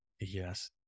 yes